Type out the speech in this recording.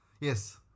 Yes